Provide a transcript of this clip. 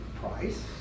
price